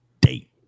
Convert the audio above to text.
date